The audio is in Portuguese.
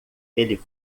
ele